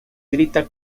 grita